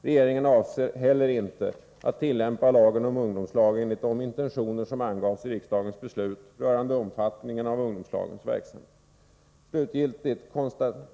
Inte heller avser regeringen att tillämpa lagen om ungdomslag enligt de intentioner som angavs i riksdagens beslut rörande omfattningen av ungdomslagens verksamhet.